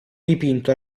dipinto